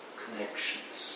connections